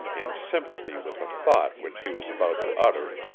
in sympathy with a thought which he was about to utter,